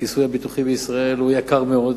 הכיסוי הביטוחי בישראל הוא יקר מאוד,